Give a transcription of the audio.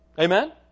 amen